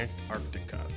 Antarctica